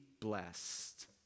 blessed